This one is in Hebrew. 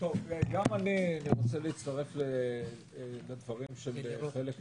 אני רוצה להצטרף לדברים של חלק מקודמי,